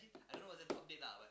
I don't know whether top date lah but